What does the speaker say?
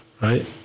right